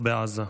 הזאת,